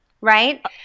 Right